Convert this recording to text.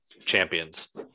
champions